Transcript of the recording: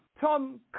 Tom